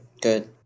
Good